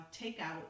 Takeout